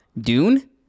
Dune